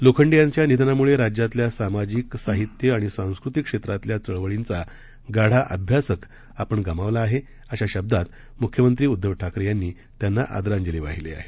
लोखंडे यांच्या निधनामुळे राज्यातल्या सामाजिक साहित्य आणि सांस्कृतिक क्षेत्रातील चळवळींचा गाढा अभ्यासक आपण गमावला आहे अशा शब्दात मुख्यमंत्री उद्दव ठाकरे यांनी श्रद्वांजली वाहिली आहे